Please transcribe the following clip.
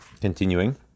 continuing